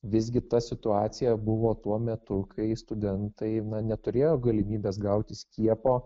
visgi ta situacija buvo tuo metu kai studentai neturėjo galimybės gauti skiepo